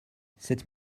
cette